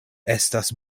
estas